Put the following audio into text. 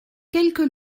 quelques